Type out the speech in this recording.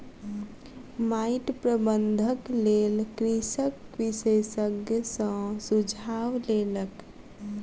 माइट प्रबंधनक लेल कृषक विशेषज्ञ सॅ सुझाव लेलक